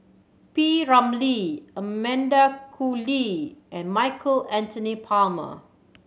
P Ramlee Amanda Koe Lee and Michael Anthony Palmer